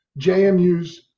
JMU's